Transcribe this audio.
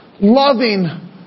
loving